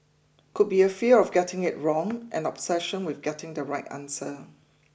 could be a fear of getting it wrong an obsession with getting the right answer